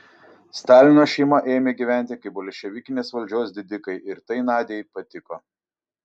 stalino šeima ėmė gyventi kaip bolševikinės valdžios didikai ir tai nadiai patiko